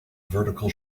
vertical